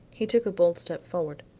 he took a bold step forward.